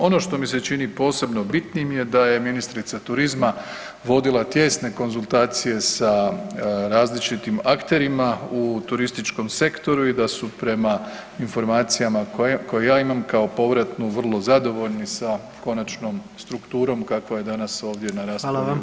Ono što mi se čini posebno bitnim je da je ministrica turizma vodila tijesne konzultacije sa različitim akterima u turističkom sektoru i da su prema informacijama koje ja imam kao povratnu, vrlo zadovoljni sa konačnom strukturom kakva je danas na raspravi u Hrvatskom saboru.